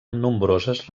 nombroses